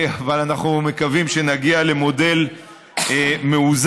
אבל אנחנו מקווים שנגיע למודל מאוזן.